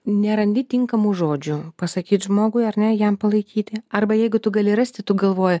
nerandi tinkamų žodžių pasakyt žmogui ar ne jam palaikyti arba jeigu tu gali rasti tu galvoji